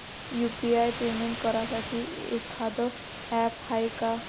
UPI payment करासाठी एखांद app हाय का?